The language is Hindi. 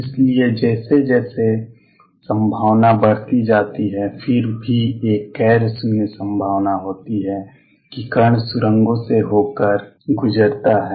इसलिए जैसे जैसे संभावना बढ़ती जाती है फिर भी एक गैर शून्य संभावना होती है कि कण सुरंगों से होकर गुजरता है